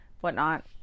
whatnot